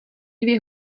dvě